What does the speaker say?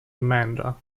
amanda